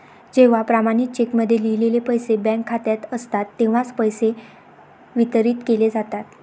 जेव्हा प्रमाणित चेकमध्ये लिहिलेले पैसे बँक खात्यात असतात तेव्हाच पैसे वितरित केले जातात